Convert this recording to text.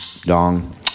dong